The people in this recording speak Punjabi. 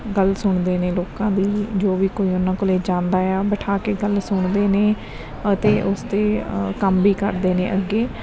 ਗੱਲ ਸੁਣਦੇ ਨੇ ਲੋਕਾਂ ਦੀ ਜੋ ਵੀ ਕੋਈ ਉਹਨਾਂ ਕੋਲੇ ਜਾਂਦਾ ਆ ਬਿਠਾ ਕੇ ਗੱਲ ਸੁਣਦੇ ਨੇ ਅਤੇ ਉਸਦੇ ਕੰਮ ਵੀ ਕਰਦੇ ਨੇ ਅੱਗੇ